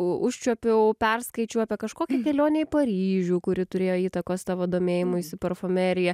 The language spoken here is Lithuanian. u užčiuopiau perskaičiau apie kažkokią kelionę į paryžių kuri turėjo įtakos tavo domėjimuisi parfumerija